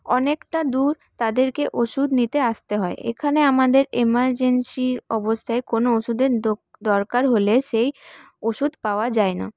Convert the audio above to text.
অনেকটা দূর তাদেরকে ওষুধ নিতে আসতে হয় এখানে আমাদের এমার্জেন্সির অবস্থায় কোন ওষুধের দরকার হলে সেই ওষুধ পাওয়া যায়না